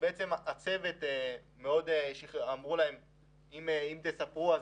ובעצם אמרו לצוות שאם תספרו,